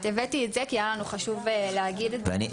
הבאתי את זה כי היה לנו חשוב להגיד --- אני,